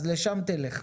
אז לשם תלך.